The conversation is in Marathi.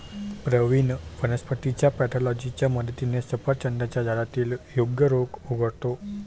प्रवीण वनस्पतीच्या पॅथॉलॉजीच्या मदतीने सफरचंदाच्या झाडातील रोग ओळखतो